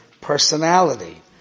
personality